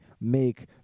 make